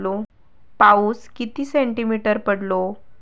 पाऊस किती सेंटीमीटर पडलो?